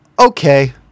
Okay